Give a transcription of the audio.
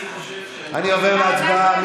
אני עובר להצבעה.